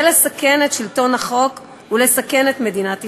לסכן את שלטון החוק ולסכן את מדינת ישראל.